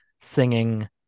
singing